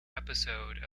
episode